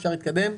אפשר להתקדם?